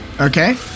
Okay